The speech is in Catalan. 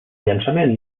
llançament